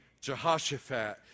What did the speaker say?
Jehoshaphat